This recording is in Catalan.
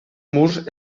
murs